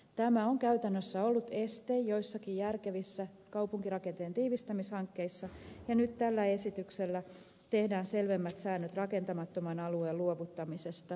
tämä on käytännössä ollut este joissakin järkevissä kaupunkirakenteen tiivistämishankkeissa ja nyt tällä esityksellä tehdään selvemmät säännöt rakentamattoman alueen luovuttamisesta